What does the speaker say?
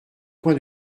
coin